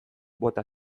bota